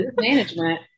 management